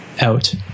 out